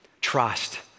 Trust